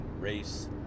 race